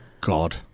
God